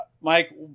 Mike